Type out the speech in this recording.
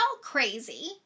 crazy